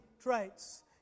traits